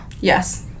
yes